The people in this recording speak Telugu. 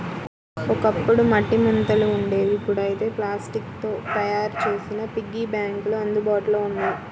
ఒకప్పుడు మట్టి ముంతలు ఉండేవి ఇప్పుడైతే ప్లాస్టిక్ తో తయ్యారు చేసిన పిగ్గీ బ్యాంకులు అందుబాటులో ఉన్నాయి